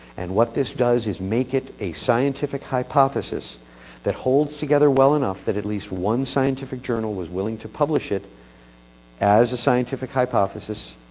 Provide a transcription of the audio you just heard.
and what this does is make it a scientific hypothesis that holds together well enough, that at least one scientific journal was willing to publish it as a scientific hypothesis.